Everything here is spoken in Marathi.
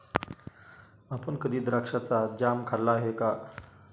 आपण कधी द्राक्षाचा जॅम खाल्ला आहे का?